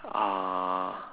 uh